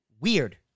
weird